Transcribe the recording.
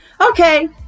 Okay